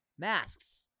masks